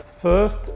First